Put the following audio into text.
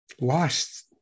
lost